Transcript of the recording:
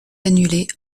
annulée